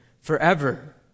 forever